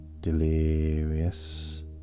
Delirious